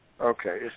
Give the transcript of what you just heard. Okay